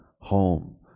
home